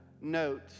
note